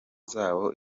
z’abo